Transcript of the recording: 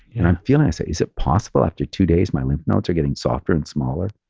and i'm feeling, is it possible after two days my lymph nodes are getting softer and smaller?